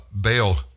bail